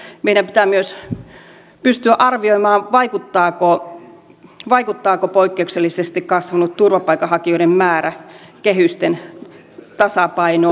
meidän pitää myös pystyä arvioimaan vaikuttaako poikkeuksellisesti kasvanut turvapaikanhakijoiden määrä kehysten tasapainoon